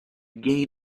gain